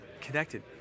connected